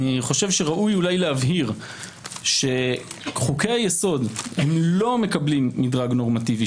אני חושב שראוי אולי להבהיר שחוקי היסוד לא מקבלים מדרג נורמטיבי